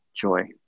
joy